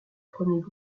premiers